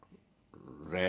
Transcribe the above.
overload ah